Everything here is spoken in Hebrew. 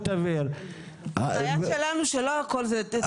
אפשר לעשות הכל כשמדברים על שימושים